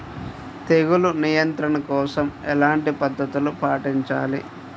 తెగులు నియంత్రణ కోసం ఎలాంటి పద్ధతులు పాటించాలి?